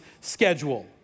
schedule